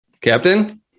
Captain